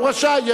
הוא רשאי.